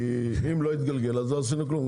כי אם הוא לא יתגלגל אלינו, אז לא עשינו כלום.